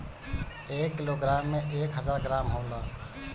एक किलोग्राम में एक हजार ग्राम होला